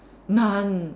none